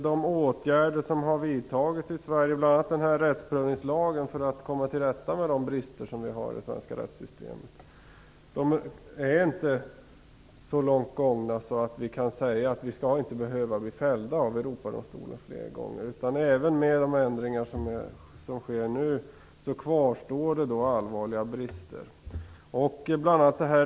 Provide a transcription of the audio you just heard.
De åtgärder som har vidtagits i Sverige, bl.a. rättsprövningslagen, för att komma till rätta med de brister som finns i det svenska rättssystemet, är tyvärr inte så långt gångna att vi kan säga att vi inte skall behöva bli fällda av Europadomstolen fler gånger. Även med de ändringar som sker nu kvarstår allvarliga brister.